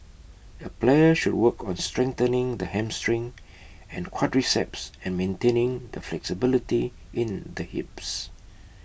A player should work on strengthening the hamstring and quadriceps and maintaining the flexibility in the hips